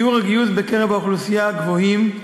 שיעורי הגיוס בקרב האוכלוסייה גבוהים,